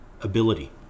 ability